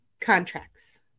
contracts